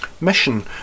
Mission